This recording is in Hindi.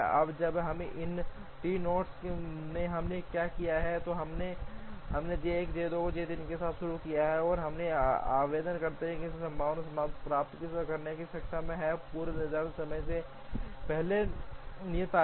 अब जब इन 3 नोड्स में हमने क्या किया है तो हमने J 1 J 2 और J 3 के साथ शुरू किया है और हम आवेदन करने से संभव समाधान प्राप्त करने में सक्षम हैं पूर्व निर्धारित समय से पहले नियत तारीख